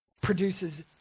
produces